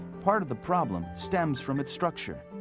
part of the problem stems from its structure.